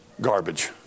garbage